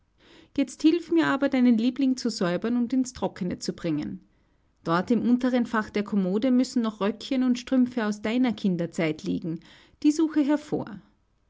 jetzt hilf mir aber deinen liebling zu säubern und ins trockene zu bringen dort im unteren fach der kommode müssen noch röckchen und strümpfe aus deiner kinderzeit liegen die suche hervor